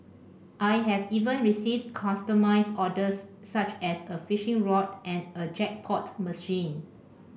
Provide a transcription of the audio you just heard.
I have even received customised orders such as a fishing rod and a jackpot machine